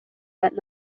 that